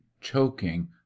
choking